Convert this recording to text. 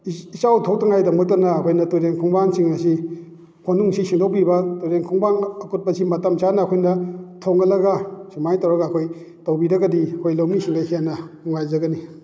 ꯏꯆꯥꯎ ꯊꯣꯛꯇꯅꯤꯡꯉꯥꯏ ꯗꯃꯛꯇꯅ ꯑꯩꯈꯣꯏꯅ ꯇꯨꯔꯦꯟ ꯈꯣꯡꯕꯥꯟꯁꯤꯡ ꯑꯁꯤ ꯈꯣꯡꯅꯨꯡꯁꯤ ꯁꯦꯡꯗꯣꯛꯄꯤꯕ ꯇꯨꯔꯦꯟ ꯈꯣꯡꯕꯥꯟ ꯑꯀꯨꯠꯄꯁꯤ ꯃꯇꯝ ꯆꯥꯅ ꯑꯩꯈꯣꯏꯅ ꯊꯣꯟꯒꯠꯂꯒ ꯑꯁꯨꯃꯥꯏ ꯇꯧꯔꯒ ꯑꯩꯈꯣꯏ ꯇꯧꯕꯤꯔꯒꯗꯤ ꯑꯩꯈꯣꯏ ꯂꯧꯃꯤꯁꯤꯡꯗ ꯍꯦꯟꯅ ꯅꯨꯡꯉꯥꯏꯖꯒꯅꯤ